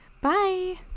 Bye